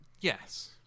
yes